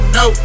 no